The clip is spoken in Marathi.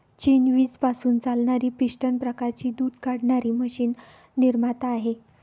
चीन वीज पासून चालणारी पिस्टन प्रकारची दूध काढणारी मशीन निर्माता आहे